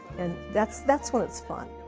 and that's that's when it's fun.